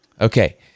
Okay